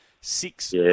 Six